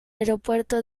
aeropuerto